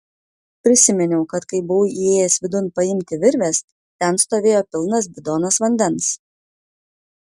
prisiminiau kad kai buvau įėjęs vidun paimti virvės ten stovėjo pilnas bidonas vandens